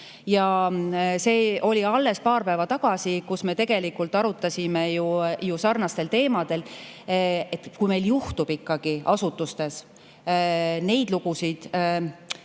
oli alles paar päeva tagasi, kus me tegelikult arutasime ju sarnastel teemadel, et kui meil juhtub ikkagi asutustes selliseid lugusid,